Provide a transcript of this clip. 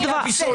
חקיקה.